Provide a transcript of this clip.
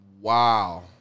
Wow